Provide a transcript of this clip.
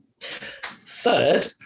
Third